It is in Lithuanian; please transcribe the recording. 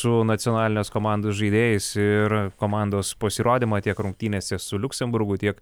su nacionalinės komandos žaidėjais ir komandos pasirodymą tiek rungtynėse su liuksemburgu tiek